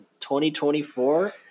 2024